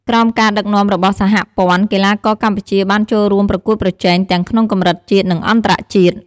ក្រោមការដឹកនាំរបស់សហព័ន្ធ កីឡាករកម្ពុជាបានចូលរួមប្រកួតប្រជែងទាំងក្នុងកម្រិតជាតិ និងអន្តរជាតិ។